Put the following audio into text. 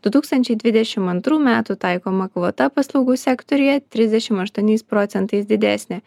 du tūkstančiai dvidešim antrų metų taikoma kvota paslaugų sektoriuje trisdešim aštuoniais procentais didesnė